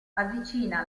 avvicina